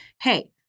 hey